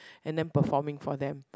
and then performing for them